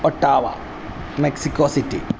Ottawa Mexico city